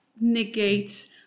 negate